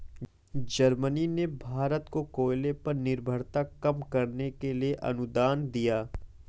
Germany ने भारत को कोयले पर निर्भरता कम करने के लिए अनुदान दिया